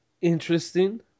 Interesting